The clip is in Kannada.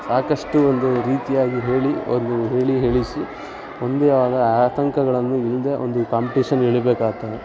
ಸಾಕಷ್ಟು ಒಂದು ರೀತಿಯಾಗಿ ಹೇಳಿ ಒಂದು ಹೇಳಿ ಹೇಳಿಸಿ ಒಂದೇ ಅದು ಆತಂಕಗಳನ್ನು ಇಲ್ಲದೇ ಒಂದು ಕಾಂಪ್ಟೇಷನ್ ಎಳೀಬೇಕಾಗ್ತದೆ